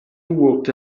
walked